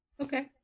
Okay